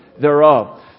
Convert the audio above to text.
thereof